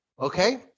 okay